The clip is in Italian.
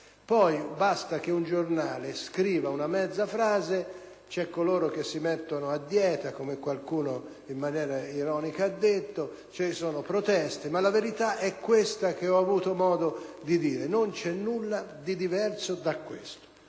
Basta che un giornale scriva mezza frase e ci sono coloro che si mettono a dieta ‑ come qualcuno in maniera ironica ha detto - e nascono proteste, ma la verità è questa che ho avuto modo di dire; non c'è nulla di diverso da questo.